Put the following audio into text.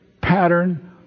pattern